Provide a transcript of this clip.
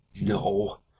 No